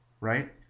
Right